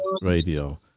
Radio